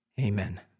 Amen